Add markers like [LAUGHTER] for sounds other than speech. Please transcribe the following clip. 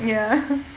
ya [LAUGHS]